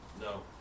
No